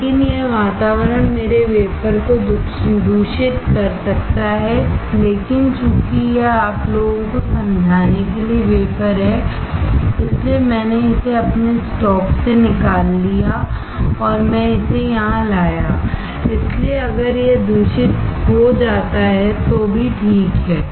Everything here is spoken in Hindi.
लेकिन यह वातावरण मेरे वेफर को दूषित कर सकता है लेकिन चूंकि यह आप लोगों को समझाने के लिए वेफर है इसलिए मैंने इसे अपने स्टॉक से निकाल लिया और मैं इसे यहां लाया इसलिए अगर यह दूषित हो जाता है तो भी ठीक है